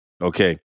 Okay